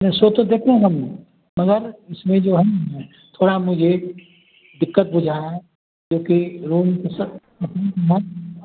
नहीं सो तो देखे हम मगर इसमें जो है न थोड़ा मुझे दिक्कत बूझा है क्योंकि रूम तो सब हैं